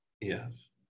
Yes